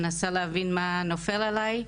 מנסה להבין מה נופל עליי,